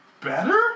Better